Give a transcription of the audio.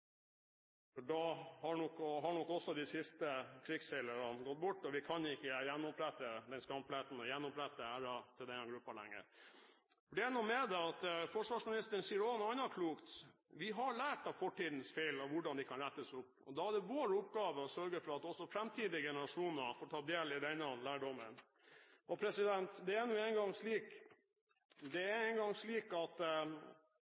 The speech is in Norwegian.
Da har nok også de siste krigsseilerne gått bort, og vi kan ikke fjerne den skampletten og gjenopprette æren til denne gruppen lenger. Forsvarsministeren sier også noe annet klokt: Vi «har lært av fortidens feil og hvordan de kan rettes opp.» Da er det vår oppgave å sørge for at også framtidige generasjoner får ta del i denne lærdommen. Det vi ber om, er jo ikke å pålegge alle norske lærere å undervise om krigsseilerne på den måten vi mener er